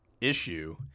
issue